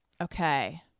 Okay